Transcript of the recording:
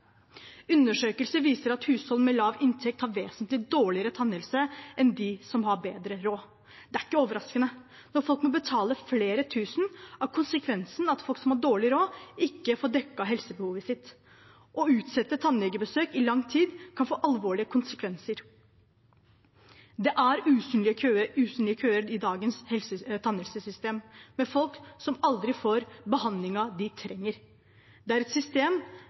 Undersøkelser viser at hushold med lav inntekt har vesentlig dårligere tannhelse enn dem som har bedre råd. Det er ikke overraskende. Når folk må betale flere tusen, er konsekvensen at folk som har dårlig råd, ikke får dekket helsebehovet sitt. Å utsette tannlegebesøk i lang tid kan få alvorlige konsekvenser. Det er usynlige køer i dagens tannhelsesystem med folk som aldri får behandlingen de trenger. Det er et system